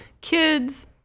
kids